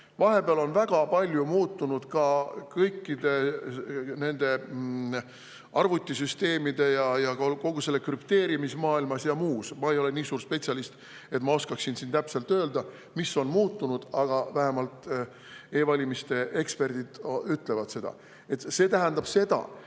Vahepeal on väga palju muutunud ka kõikide nende arvutisüsteemide ja kogu selle krüpteerimise maailmas ja muus. Ma ei ole nii suur spetsialist, et ma oskaksin siin täpselt öelda, mis on muutunud, aga vähemalt e-valimiste eksperdid ütlevad seda. See tähendab seda,